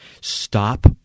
Stop